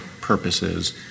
purposes